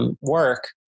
Work